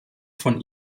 von